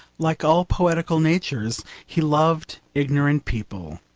like all poetical natures he loved ignorant people.